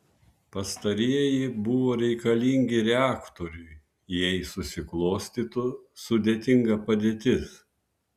pastarieji buvo reikalingi reaktoriui jei susiklostytų sudėtinga padėtis